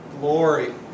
glory